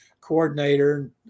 coordinator